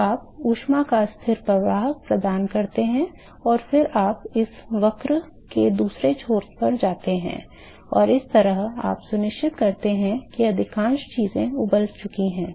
तो आप ऊष्मा का स्थिर प्रवाह प्रदान करते हैं और फिर आप इस वक्र के दूसरे छोर पर जाते हैं और इस तरह आप सुनिश्चित करते हैं कि अधिकांश चीजें उबली हुई हैं